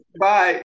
Bye